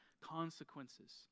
consequences